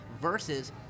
versus